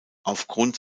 aufgrund